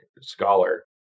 scholar